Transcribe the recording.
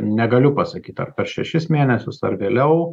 negaliu pasakyt ar per šešis mėnesius ar vėliau